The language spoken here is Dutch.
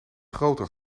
groter